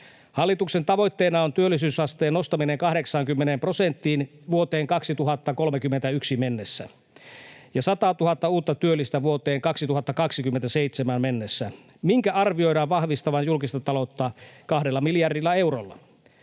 Hallituksen tavoitteena on työllisyysasteen nostaminen 80 prosenttiin vuoteen 2031 mennessä ja 100 000 uutta työllistä vuoteen 2027 mennessä, minkä arvioidaan vahvistavan julkista taloutta 2 miljardilla eurolla.